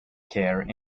care